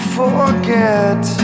forget